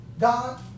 God